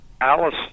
Alice